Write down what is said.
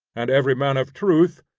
and every man of truth,